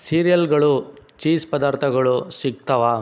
ಸೀರಿಯಲ್ಗಳು cheese ಪದಾರ್ಥಗಳು ಸಿಗ್ತವಾ